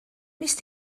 wnest